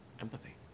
empathy